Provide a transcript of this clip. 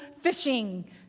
fishing